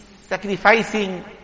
sacrificing